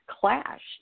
clashed